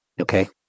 okay